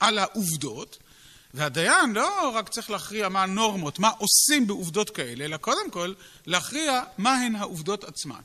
על העובדות, והדיין לא רק צריך להכריע מה הנורמות, מה עושים בעובדות כאלה, אלא קודם כל להכריע מהן העובדות עצמה.